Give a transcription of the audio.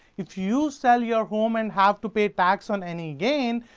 if you sell your home and have to pay tax on any gain,